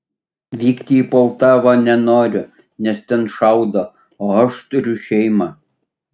vykti į poltavą nenoriu nes ten šaudo o aš turiu šeimą